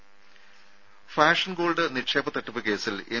രുഭ fashion gold നിക്ഷേപ തട്ടിപ്പ് കേസിൽ എം